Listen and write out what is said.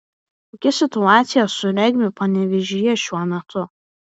kokia situacija su regbiu panevėžyje šiuo metu